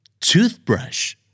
Toothbrush